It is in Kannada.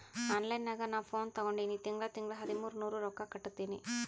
ಆನ್ಲೈನ್ ನಾಗ್ ನಾ ಫೋನ್ ತಗೊಂಡಿನಿ ತಿಂಗಳಾ ತಿಂಗಳಾ ಹದಿಮೂರ್ ನೂರ್ ರೊಕ್ಕಾ ಕಟ್ಟತ್ತಿನಿ